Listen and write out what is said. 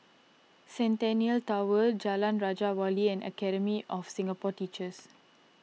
Centennial Tower Jalan Raja Wali and Academy of Singapore Teachers